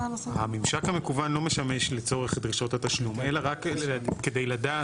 הממשק המקוון לא משמש לצורך דרישות התשלום אלא רק כדי לדעת